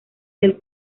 del